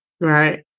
Right